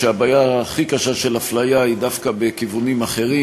שהבעיה הכי קשה של אפליה היא דווקא בכיוונים אחרים,